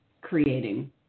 creating